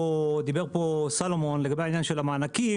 דיבר פה סלומון לגבי העניין של המענקים.